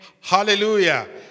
Hallelujah